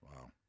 Wow